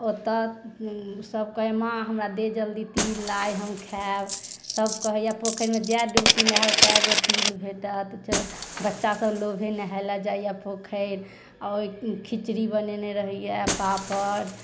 ओतऽ सभ कहै माँ हमरा दे तिल लाइ हम खाइब सभ कहैया पोखरीमे जाइ डुबकी नहायब तै गो तिल भेटत बच्चा सभ लोभे नहाइले जाइया पोखरि आओर खिचड़ी बनेने रहैया पापड़